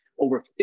Over